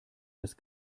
das